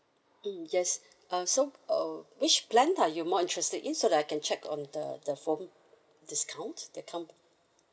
mm yes um so uh which plan are you more interested in so that I can check on the the phone discount that come